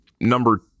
Number